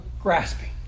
grasping